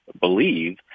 believe